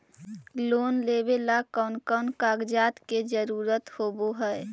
Loan लेबे ला कौन कौन कागजात के जरुरत होबे है?